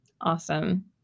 Awesome